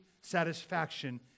satisfaction